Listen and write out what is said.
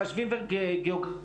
מחשבים וגיאוגרפיה.